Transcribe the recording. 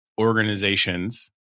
organizations